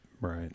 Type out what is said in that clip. Right